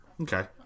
Okay